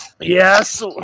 Yes